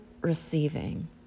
receiving